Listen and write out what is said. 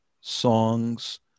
songs